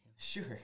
Sure